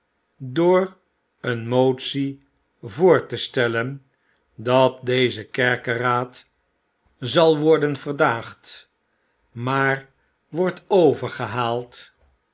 door een motie voor te stellen dat deze kerkeraad zal worden verdaagd maar wordt overgehaald